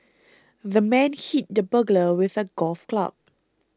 the man hit the burglar with a golf club